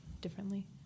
differently